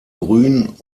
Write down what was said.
grün